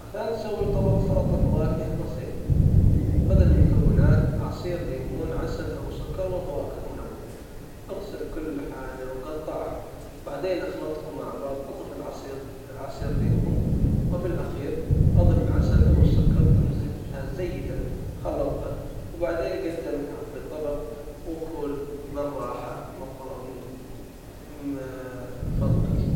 عشان تسوي طبق سلطة فواكه بسيطة خذ المكونات عصير ليمون عسل او سكر وفواكه منوعة اغسل كل حاجة وقطعهم بعدين اخلطهم مع بعض اضف العصير عصير ليمون وفي الاخير اضف العسل او السكر امزج جيدًا خلطها وبعدين قدمها في طبق وكول بالراحة بفضلك